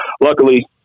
luckily